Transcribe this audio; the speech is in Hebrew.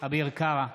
אביר קארה,